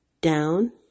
down